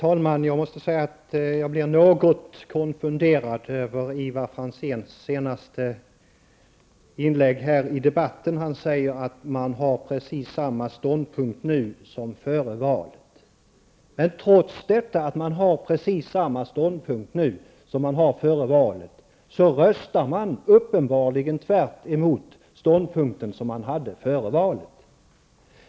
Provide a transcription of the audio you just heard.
Herr talman! Jag blir något konfunderad över Ivar Franzéns senaste inlägg i debatten. Han säger att centern har precis samma ståndpunkt nu som före valet. Men trots detta röstar centern uppenbarligen tvärtemot ståndpunkten som man hade före valet.